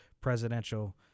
presidential